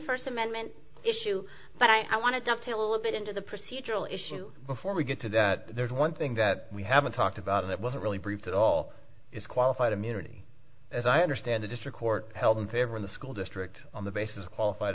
first amendment issue but i want to dovetail a bit into the procedural issue before we get to that there's one thing that we haven't talked about that was a really brief that all is qualified immunity as i understand the district court held in favor in the school district on the basis qualified